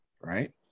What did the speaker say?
right